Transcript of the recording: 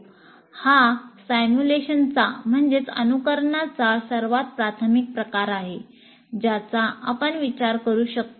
हा सिमुलेशनचा सर्वात प्राथमिक प्रकार आहे ज्याचा आपण विचार करू शकतो